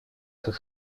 как